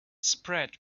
spread